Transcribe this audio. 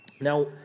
Now